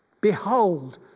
Behold